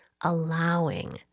allowing